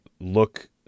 look